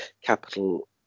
capital